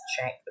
check